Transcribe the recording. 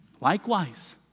Likewise